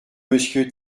monsieur